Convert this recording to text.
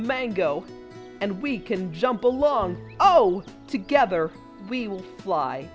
mango and we can jump along oh together we will fly